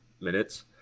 minutes